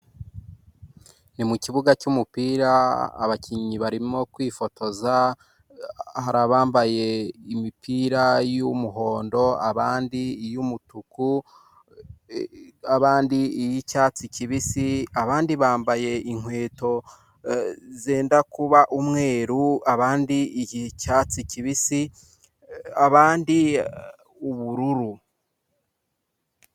Ni mu kibuga cy'umupira abakinnyi barimo kwifotoza, hari abambaye imipira y'umuhondo, abandi iy'umutuku, abandi iy'icyatsi kibisi, abandi bambaye inkweto zenda kuba umweru, abandi icyatsi kibisi, abandi ubururu.